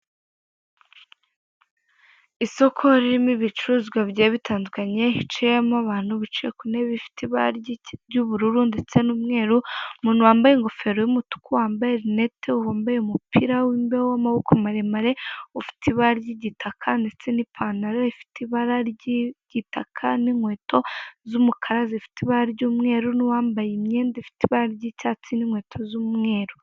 Isoko ririmo ibicuruzwa bigiye bitandukanye ryicayemo abantu bicaye ku ntebe ifite ibara ry'ubururu ndetse n'umweru umuntu wambaye ingofero y'umutuku, wambaye rinete, wambaye umupira w'imbeho w'amaboko maremare ufite ibara ry'igitaka ndetse n'ipantaro ifite ibara ry'igitaka n'inkweto z'umukara zifite ibara ry'umweru, n'uwambaye imyenda ifite ibara ry'icyatsi n'inkweto z'umweru.